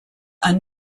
are